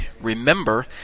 Remember